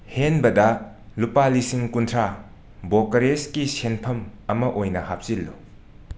ꯍꯦꯟꯕꯗ ꯂꯨꯄꯥ ꯂꯤꯁꯤꯡ ꯀꯨꯟꯊ꯭ꯔꯥ ꯕ꯭ꯔꯣꯀꯔꯦꯖꯀꯤ ꯁꯦꯟꯐꯝ ꯑꯃ ꯑꯣꯏꯅ ꯍꯥꯞꯆꯤꯜꯂꯨ